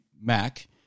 Mac